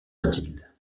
mathilde